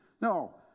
No